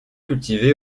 cultivé